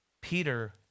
Peter